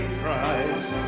prize